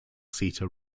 seater